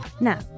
Now